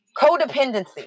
Codependency